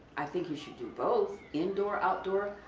i think you should do both indoor, outdoor,